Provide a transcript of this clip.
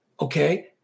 Okay